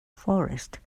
forest